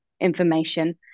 information